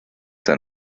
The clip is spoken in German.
sein